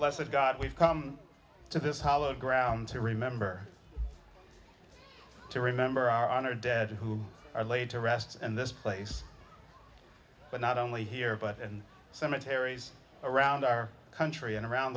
less of god we've come to this hollow ground to remember to remember our honored dead who are laid to rest in this place but not only here but and cemeteries around our country and around